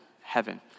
heaven